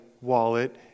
wallet